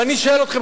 ואני שואל אתכם,